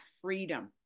freedom